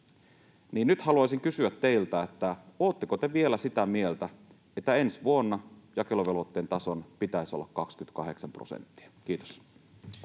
nyt haluaisin kysyä teiltä: oletteko te vielä sitä mieltä, että ensi vuonna jakeluvelvoitteen tason pitäisi olla 28 prosenttia? — Kiitos.